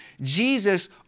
Jesus